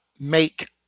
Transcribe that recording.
make